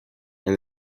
and